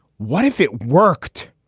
what if it worked?